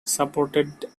supported